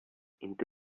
into